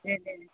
दे दे